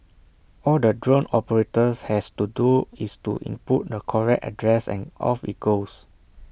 all the drone operator has to do is to input the correct address and off IT goes